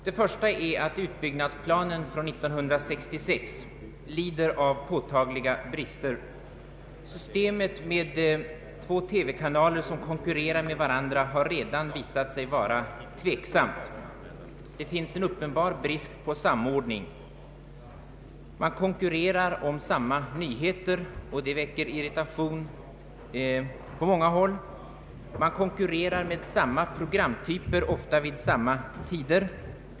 Det första är att utbyggnadsplanen från 1966 lider av påtagliga brister. Systemet med två TV-kanaler som konkurrerar med varandra har redan visat sig vara tveksamt. Det råder en uppenbar brist på samordning. Man konkurrerar om samma nyheter, och detta väcker irritation på många håll. Man konkurrerar med samma programtyper, ofta vid samma tider.